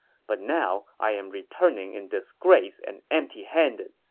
but now i'm returning in disgrace and empty-handed.